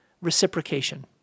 reciprocation